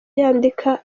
yandika